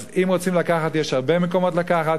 אז אם רוצים לקחת, יש הרבה מקומות לקחת.